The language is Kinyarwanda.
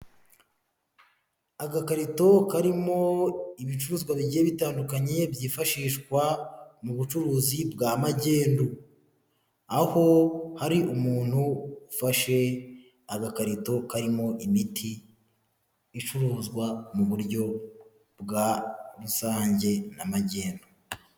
Agakarito karimo ibicuruzwa bigiye bitandukanye, byifashishwa mu bucuruzi bwa magendu, aho hari umuntu ufashe agakarito karimo imiti icuruzwa mu buryo bwa rusange na magendu.